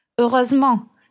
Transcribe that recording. Heureusement